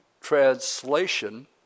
translation